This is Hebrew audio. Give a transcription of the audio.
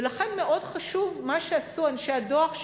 ולכן מאוד חשוב מה שעשו אנשי הדוח,